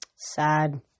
Sad